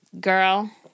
Girl